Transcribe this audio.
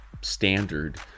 standard